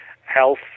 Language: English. health